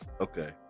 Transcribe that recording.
Okay